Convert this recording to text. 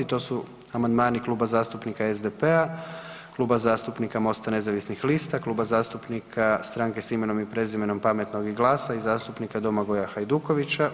To su amandmani Kluba zastupnika SDP-a, Kluba zastupnika Mosta nezavisnih lista, Kluba zastupnika Stranke s imenom i prezimenom, Pametnog i GLAS-a i zastupnika Domagoja Hajdukovića.